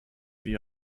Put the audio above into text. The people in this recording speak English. the